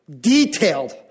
detailed